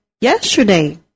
Yesterday